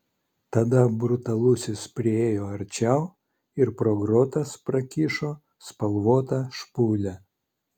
tada brutalusis priėjo arčiau ir pro grotas prakišo spalvotą špūlę